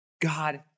God